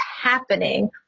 happening